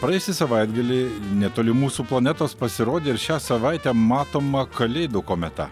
praėjusį savaitgalį netoli mūsų planetos pasirodė ir šią savaitę matoma kalėdų kometa